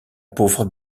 pauvre